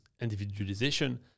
individualization